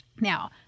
Now